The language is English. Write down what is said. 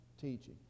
teaching